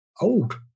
old